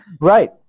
right